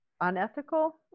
unethical